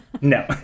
No